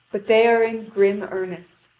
but they are in grim earnest.